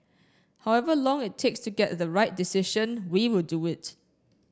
however long it takes to get to the right decision we will do it